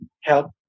help